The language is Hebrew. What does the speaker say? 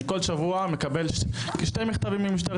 אני כל שבוע מקבל שני מכתבים ממשטרת